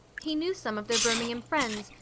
he knew some of their birmingham friends,